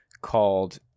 called